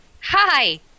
Hi